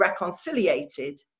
reconciliated